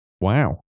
Wow